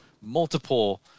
multiple